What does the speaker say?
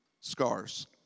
scars